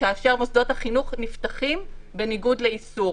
כאשר מוסדות החינוך נפתחים בניגוד לאיסור.